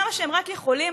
כמה שהם רק יכולים,